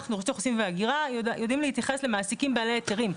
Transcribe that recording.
רשות האוכלוסין וההגירה יודעים להתייחס למעסיקים בעלי היתרים.